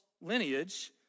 lineage